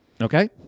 Okay